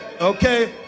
okay